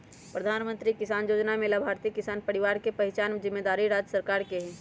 प्रधानमंत्री किसान जोजना में लाभार्थी किसान परिवार के पहिचान जिम्मेदारी राज्य सरकार के हइ